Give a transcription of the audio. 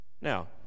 Now